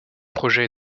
projet